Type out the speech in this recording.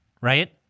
right